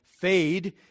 fade